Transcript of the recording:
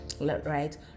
right